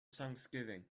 thanksgiving